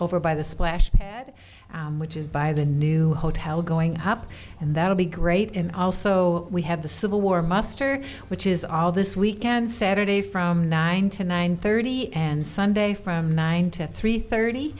over by the splash at which is by the new hotel going up and that'll be great in also we have the civil war muster which is all this weekend saturday from nine to nine thirty and sunday from nine to three thirty